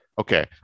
okay